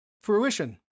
fruition